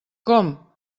com